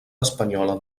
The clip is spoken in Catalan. espanyola